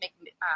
make